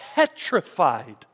petrified